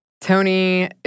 Tony